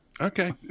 Okay